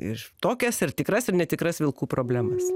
ir tokias ir tikras ir netikras vilkų problemas